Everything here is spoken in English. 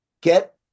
get